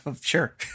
sure